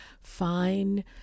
fine